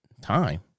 time